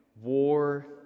war